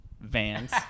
Vans